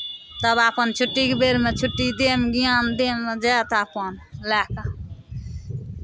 तब अपन छुट्टीके बेरमे छुट्टी देब ज्ञान देब जायत अपन लए कऽ